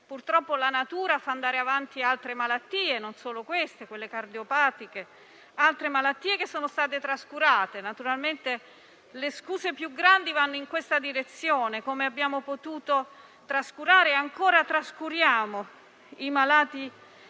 Purtroppo la natura fa andare avanti le altre malattie - non solo queste - anche quelle cardiopatiche e altre che sono state trascurate. Naturalmente le scuse più grandi vanno in questa direzione, dal momento che abbiamo trascurato e ancora trascuriamo i malati